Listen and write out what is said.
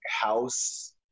house